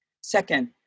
Second